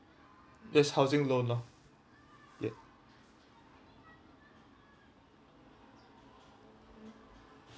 just housing loan lah ya